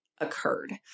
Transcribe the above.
occurred